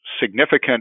significant